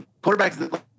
quarterbacks